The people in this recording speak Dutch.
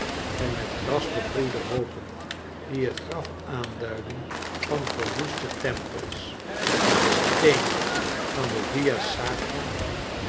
de met gras begroeide hoopen die het graf aanduiden van verwoeste tempels de steenen van de via